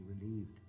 relieved